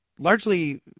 largely